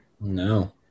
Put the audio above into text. No